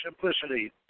simplicity